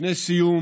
לפני סיום